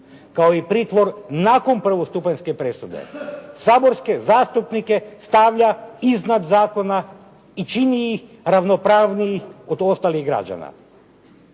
kao i pritvor nakon prvostupanjske presude, saborske zastupnike stavlja iznad zakona i čini ih ravnopravnijim od ostalih građana.